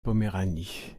poméranie